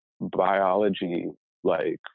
biology-like